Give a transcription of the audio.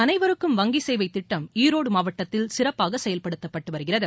அனைவருக்கும் வங்கி சேவைத்திட்டம் ஈரோடு மாவட்டத்தில் சிறப்பாக செயல்படுத்தப்பட்டு வருகிறது